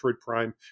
Prime